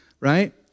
right